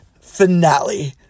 finale